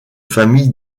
famille